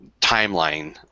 timeline